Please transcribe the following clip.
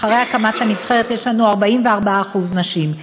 אחרי הקמת הנבחרת יש לנו 44% נשים.